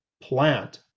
plant